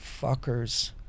fuckers